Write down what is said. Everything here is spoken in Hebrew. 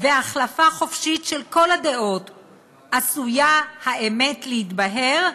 והחלפה חופשית של 'כל' הדעות עשויה, 'אמת' להתבהר,